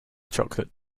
chocolate